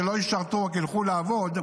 שלא ישרתו רק ילכו לעבוד,